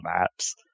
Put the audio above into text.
maps